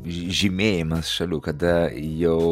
žymėjimas šalių kada jau